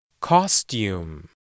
Costume